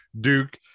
duke